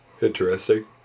Interesting